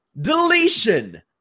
deletion